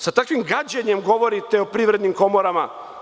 Sa takvim gađenjem govorite o privrednim komorama.